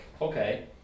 okay